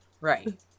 Right